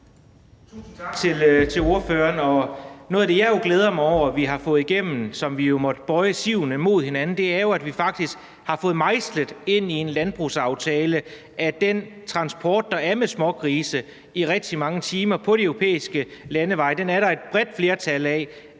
Tusind tak til ordføreren. Noget af det, jeg glæder mig over, vi har fået igennem – her måtte vi jo bøje sivene mod hinanden – er, at vi faktisk med et bredt flertal har fået mejslet ind i en landbrugsaftale, at den transport med smågrise i rigtig mange timer på de europæiske landeveje skal begrænses, så